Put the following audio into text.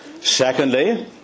Secondly